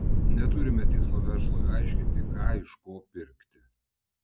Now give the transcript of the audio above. neturime tikslo verslui aiškinti ką iš ko pirkti